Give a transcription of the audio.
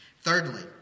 Thirdly